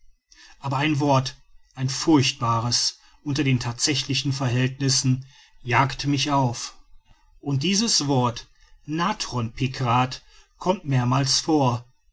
aber ein wort ein furchtbares unter den thatsächlichen verhältnissen jagt mich auf und dieses wort natron pikrat kommt mehrmals vor